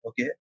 Okay